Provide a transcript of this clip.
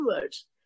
words